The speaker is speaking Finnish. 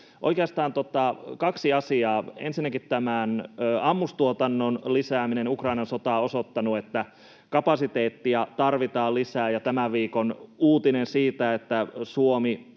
Oikeastaan kaksi asiaa: Ensinnäkin tämän ammustuotannon lisääminen. Ukrainan sota on osoittanut, että kapasiteettia tarvitaan lisää, ja tämän viikon uutinen siitä, että Suomi